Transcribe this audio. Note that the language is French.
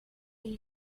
une